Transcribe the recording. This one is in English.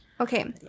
Okay